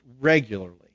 regularly